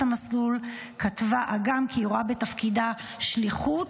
המסלול כתבה אגם שהיא רואה בתפקידה שליחות,